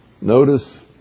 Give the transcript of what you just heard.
Notice